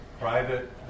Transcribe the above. private